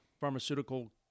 pharmaceutical